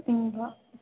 ఇంకా